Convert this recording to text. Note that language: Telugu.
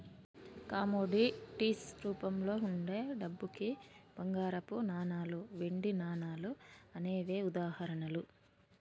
కమోడిటీస్ రూపంలో వుండే డబ్బుకి బంగారపు నాణాలు, వెండి నాణాలు అనేవే ఉదాహరణలు